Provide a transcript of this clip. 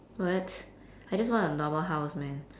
what I just want a normal house man